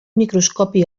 microscopi